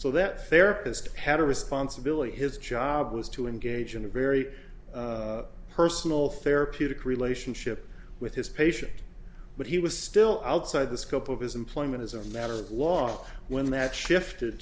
therapist had a responsibility his job was to engage in a very personal therapeutic relationship with his patient but he was still outside the scope of his employment as a matter of law when that shifted